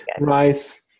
rice